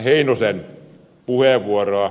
heinosen puheenvuoroa